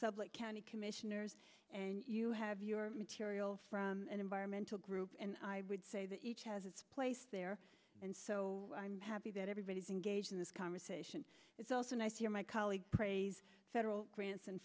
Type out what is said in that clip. sub county commissioners and you have your materials from an environmental group and i would say that each has its place there and so i'm happy that everybody's engaged in this conversation it's also nice you my colleague praised federal gran